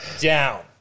down